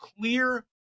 clear